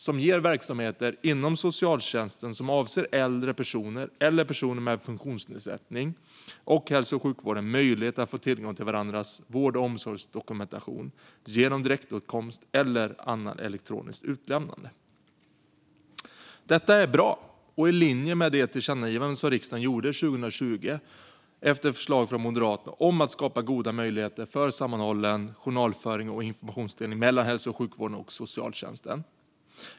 Det ger verksamheter inom socialtjänsten som avser äldre personer eller personer med funktionsnedsättning och hälso och sjukvården möjlighet att få tillgång till varandras vård och omsorgsdokumentation genom direktåtkomst eller annat elektroniskt utlämnande. Detta är bra och i linje med det tillkännagivande som riksdagen gjorde 2020 efter förslag från Moderaterna om att skapa goda möjligheter till sammanhållen journalföring och informationsdelning mellan hälso och sjukvården och socialtjänsten.